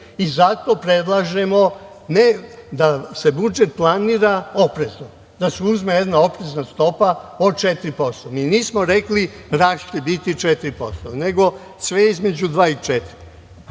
Zato predlažemo, da se budžet planira oprezno, da se uzme jedna oprezna stopa od 4%. Mi nismo rekli – rast će biti 4%, nego sve između 2% i 4%.Vi